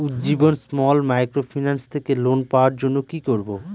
Ujjivan small microfinance থেকে loan পাওয়ার জন্য কি করব?